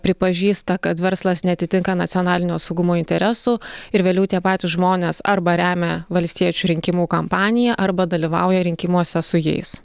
pripažįsta kad verslas neatitinka nacionalinio saugumo interesų ir vėliau tie patys žmonės arba remia valstiečių rinkimų kampaniją arba dalyvauja rinkimuose su jais